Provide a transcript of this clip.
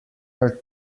are